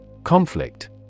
Conflict